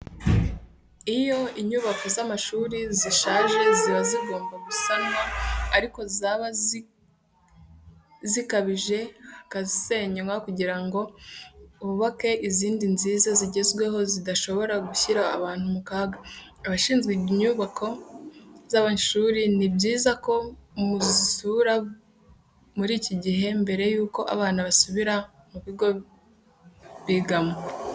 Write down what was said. Iyo inyubako z'amashuri zishaje ziba zigomba gusanwa ariko zaba zikabije bakazisenya kugira ngo hubakwe izindi nziza zigezweho zidashobora gushyira abantu mu kaga. Abashinzwe inyubako z'amashuri ni byiza ko muzisura muri iki gihe mbere yuko abana basubira mu bigo bigamo.